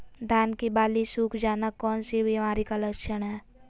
धान की बाली सुख जाना कौन सी बीमारी का लक्षण है?